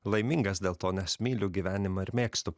laimingas dėl to nes myliu gyvenimą ir mėgstu